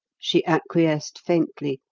she acquiesced faintly,